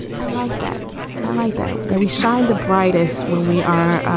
i like that i like that that we shine the brightest when we are,